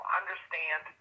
understand